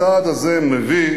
הצעד הזה מביא